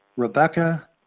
Rebecca